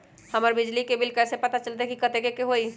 हमर बिजली के बिल कैसे पता चलतै की कतेइक के होई?